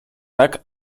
tak